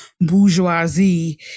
bourgeoisie